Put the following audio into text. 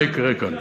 מה יקרה כאן?